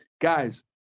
Guys